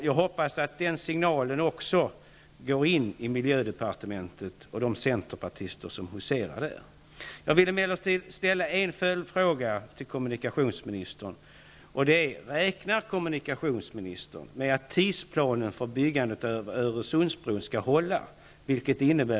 Jag hoppas att den signalen också går in i miljödepartementet och de centerpartister som huserar där.